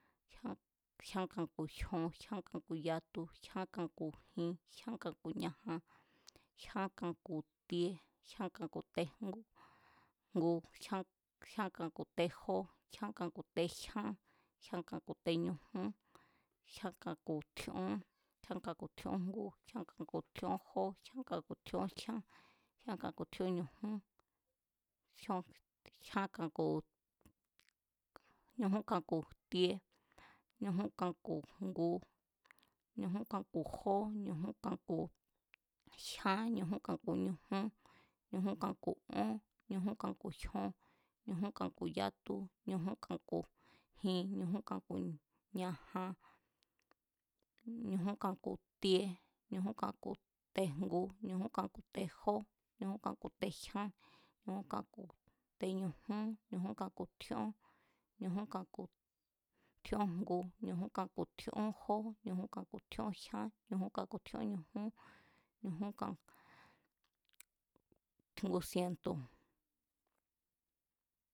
Jyán kan ku̱ jyon, jyán kan ku̱ yatu, jyán kan ku̱ jin jyán kan ku̱ ñajan, jy̱a̱nkan ku̱ tie, jyán kan ku̱ tejngu, jyán kan ku̱ tejó, jyan kan ku̱ tejyán, jyán kan ku̱ tenujún, jyán kan ku- tjíón, jyán kan ku̱ tjíó jngu, jyán kan ku̱ tjíón jó, jyán kan ku̱tjión jyán, jyan kan ku̱ tjíón ñujún, jyán kan ku̱, ñujún kan ku̱ tie, ñujún kan ku̱ jngu, ñujún kan ku̱ jó, ñujún kan ku̱ jyán, ñujun kan ku̱ ñujún, ñjún kan ku̱ ón, ñujún kan ku̱ jyon, ñujún kan ku̱ yatu, ñujún kan ku̱ jin, ñujún kan ku̱ ñajan, nujún kan ku̱ tie, ñjún kan ku̱ tejngu, ñujún kan ku̱ tejó, ñujún kan ku̱ tejyán, ñujún kan ku̱ teñujún, ñujún kan ku̱ tjíón, ñujún kan ku̱ tjíónjngu, ñujún kan ku̱ tjíón jó, ñujún kan ku̱ tjíón jyán, ñujún kan ku̱ tjíón ñujún, ngu sientu̱.